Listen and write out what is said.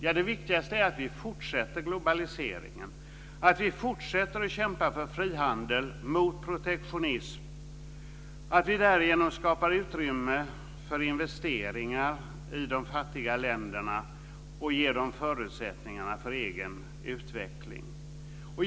Ja, det viktigaste är att vi fortsätter globaliseringen, att vi fortsätter att kämpa för frihandel mot protektionism, att vi därigenom skapar utrymme för investeringar i de fattiga länderna och ger dem förutsättningarna för egen utveckling.